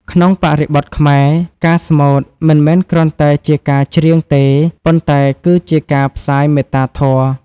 ក្នុងបរិបទខ្មែរ ការស្មូតមិនមែនគ្រាន់តែជាការច្រៀងទេ ប៉ុន្តែគឺជាការផ្សាយមេត្តាធម៌។